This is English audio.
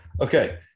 okay